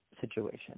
situation